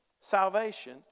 salvation